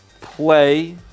play